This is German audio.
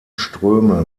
ströme